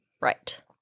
Right